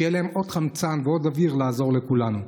שיהיה להם עוד חמצן ועוד אוויר לעזור לכולנו.